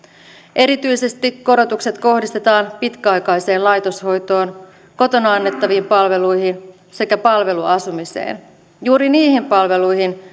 erityisesti korotukset kohdistetaan pitkäaikaiseen laitoshoitoon kotona annettaviin palveluihin sekä palveluasumiseen juuri niihin palveluihin